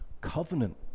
covenant